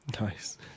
Nice